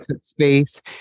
space